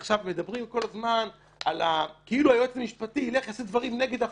כל הזמן מדברים כאילו היועץ המשפטי ילך לעשות דברים נגד החוק.